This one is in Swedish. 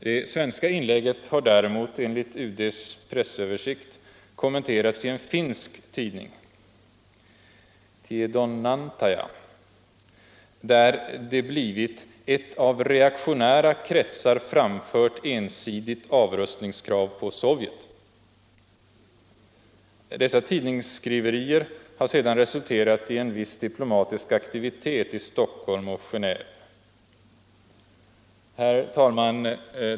Det svenska inlägget har däremot enligt UD:s pressöversikt kommenterats i en finsk tidning, Tiedonantaja, där det blivit ett av ”reaktionära kretsar” framfört ”ensidigt avrustningskrav på Sovjet”. Dessa tidningsskriverier har sedan resulterat i en viss diplomatisk aktivitet i Stockholm och Genéve. Herr talman!